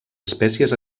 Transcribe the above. espècies